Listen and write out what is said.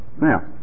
Now